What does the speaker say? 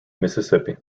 mississippi